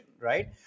right